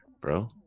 bro